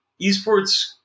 esports